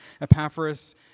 Epaphras